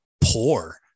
Poor